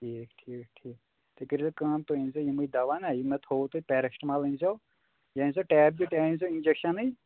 ٹھیٖک ٹھیٖک ٹھیٖک تُہۍ کٔرۍ زیٚو کٲم تُہۍ أنزیٚو یمے دوا یہ مےٚ تھوٚو تۄہہِ پیرسٹمال أنۍ زیٚو یا أنۍ زیٚو ٹیبلٹ یا أنۍ زیٚو اِنجکشَنے